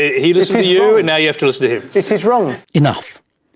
he listened to you, now you have to listen to him. it is wrong. enough.